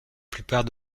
plupart